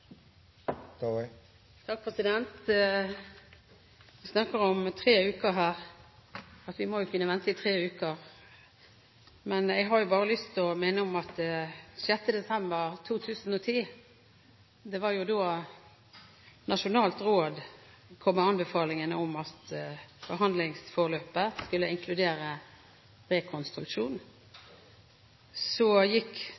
Vi snakker om tre uker her – at vi må kunne vente i tre uker. Jeg har bare lyst til å minne om at 6. desember 2010 kom Nasjonalt råd med anbefalingen om at behandlingsforløpet skulle inkludere rekonstruksjon. Så gikk